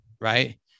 right